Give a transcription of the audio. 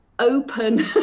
open